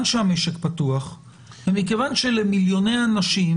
שהמשק פתוח ומכיוון שלמיליוני אנשים,